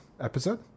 episode